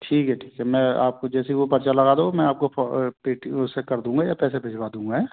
ठीक है ठीक है मैं आपको जैसे वो पर्चा लगा दो मैं आपको फौ पेटी उससे कर दूँगा या पैसे भिजवा दूँगा हैं